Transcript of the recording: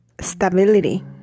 stability